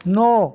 नओ